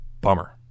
Bummer